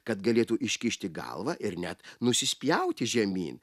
kad galėtų iškišti galvą ir net nusispjauti žemyn